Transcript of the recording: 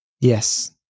Yes